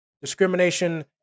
Discrimination